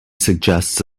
suggests